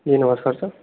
जी नमस्कार सर